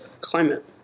climate